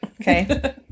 okay